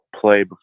play